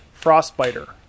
Frostbiter